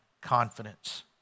confidence